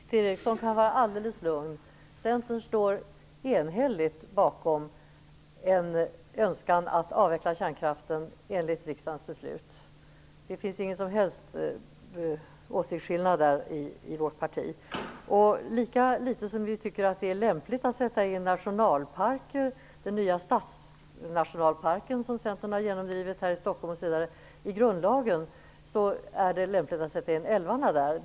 Herr talman! Peter Eriksson kan vara alldeles lugn. Centern står enhälligt bakom en önskan att avveckla kärnkraften enligt riksdagens beslut. Det finns ingen som helst åsiktsskillnad i fråga om detta i vårt parti. Lika litet som vi anser att det är lämpligt att sätta in nationalparker, t.ex. den nya stadsnationalparken som Centern har genomdrivit här i Stockholm, i grundlagen, lika litet är det lämpligt att sätta in älvarna där.